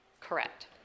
Correct